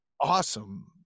awesome